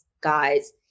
Guys